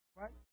right